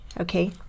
Okay